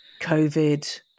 COVID